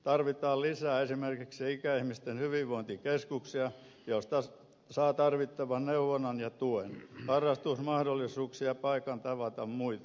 tarvitaan lisää esimerkiksi ikäihmisten hyvinvointikeskuksia joista saa tarvittavan neuvonnan ja tuen harrastusmahdollisuuksia ja paikan tavata muita